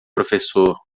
professor